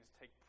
take